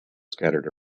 scattered